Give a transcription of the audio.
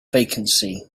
vacancy